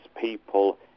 people